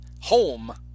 home